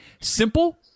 simple